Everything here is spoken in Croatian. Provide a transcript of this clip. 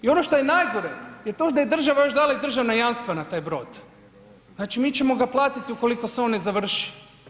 I ono što je najgore je to da je država još dala i državna jamstva na taj brod, znači mi ćemo ga platiti ukoliko se on ne završi.